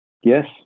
Yes